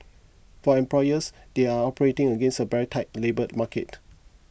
for employers they are operating against a very tight labour market